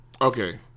Okay